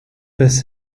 passe